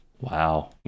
Wow